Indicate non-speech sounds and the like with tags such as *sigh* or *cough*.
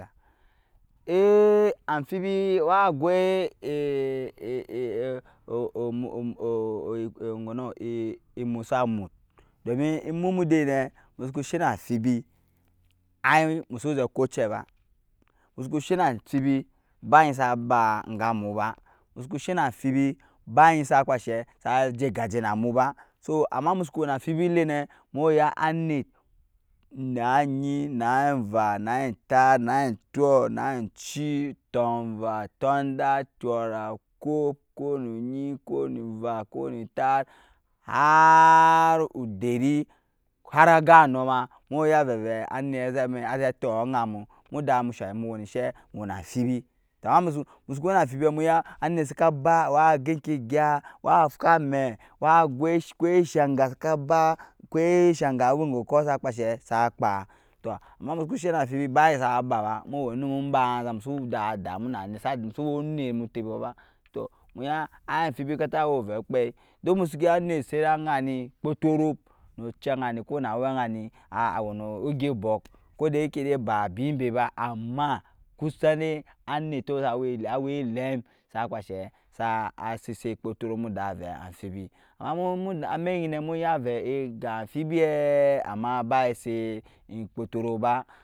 *hesitation* amfibi wa gwai *hesitation* *unintelligible* emusamut domin emu mudɛ nɛ musuku shɛ na fibi ai musu zɛ kocɛ ba musu shɛ na fibi ba agyi saba ga mu ba musuku shɛ na fibi ba agyi sa kpashɛ sa jɛ gajɛ na mu ba so ama musuku wɛi na enva na entat na enkyɔ na enci tunva tundat kyɔra okopkup nu enyi kop nu enva kop nu tat har der har aganɔɔ ma mvva vɛi anɛt tok agamu moda mu shɛ mu wɛi na fibi tɔɔ musuku wɛi na afibi anɛi wa gwui ko shanga sakaba sa kpa tɔɔ ama musuku shɛ na fibi ba enji saba ba mu wɛi nɛr banza musu da damu na ni *unintelligible* musi wɔɔ nɛt mu tɛpɔɔ ba tɔɔ a amfibi kaca wɛi vɛi kpɛy duk musuku ya nɛt sɛt agani kpɔ tɔrɔɔk nu cɛagni kɔɔ wɛajni a wɛi nu gyu ubok kodayakɛ dɛ ba bimbɛ ba ama kusa dɛ anɛtɔɔ sa awɛi elem sa kpashɛ saa sssɛt kpɔtɔrɔɔ muda vɛi amfibi ama *unintelligible* amɛnyi nɛ muya vɛi ga vɛi amfibia ama ba esɛt ekpɔtɔrɔɔ ba,